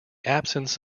absence